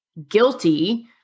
guilty